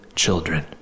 children